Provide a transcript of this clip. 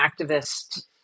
activist